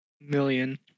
million